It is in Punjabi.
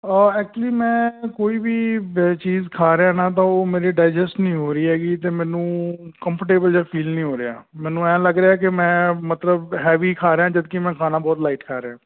ਐਕਚੁਲੀ ਮੈਂ ਕੋਈ ਵੀ ਚੀਜ਼ ਖਾ ਰਿਹਾ ਨਾ ਤਾਂ ਉਹ ਮੇਰੇ ਡਾਈਜਸਟ ਨਹੀਂ ਹੋ ਰਹੀ ਹੈਗੀ ਅਤੇ ਮੈਨੂੰ ਕੰਫਰਟੇਬਲ ਜਿਹਾ ਫੀਲ ਨਹੀਂ ਹੋ ਰਿਹਾ ਮੈਨੂੰ ਐਂ ਲੱਗ ਰਿਹਾ ਕਿ ਮੈਂ ਮਤਲਬ ਹੈਵੀ ਖਾ ਰਿਹਾ ਜਦਕਿ ਮੈਂ ਖਾਣਾ ਬਹੁਤ ਲਾਈਟ ਖਾ ਰਿਹਾ